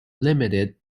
limited